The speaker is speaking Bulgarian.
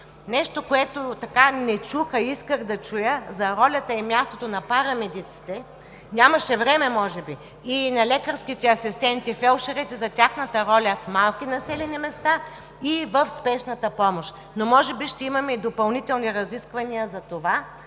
Нещо, което не чух, а исках да чуя – за ролята и мястото на парамедиците. Нямаше време може би – и на лекарските асистенти и фелдшерите, за тяхната роля в малки населени места и в спешната помощ. Може би ще имаме и допълнителни разисквания за това,